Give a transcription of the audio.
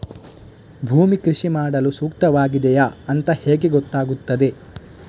ಭೂಮಿ ಕೃಷಿ ಮಾಡಲು ಸೂಕ್ತವಾಗಿದೆಯಾ ಅಂತ ಹೇಗೆ ಗೊತ್ತಾಗುತ್ತದೆ?